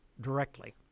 directly